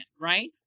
Right